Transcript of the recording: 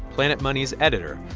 planet money's editor.